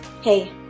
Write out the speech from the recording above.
Hey